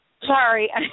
Sorry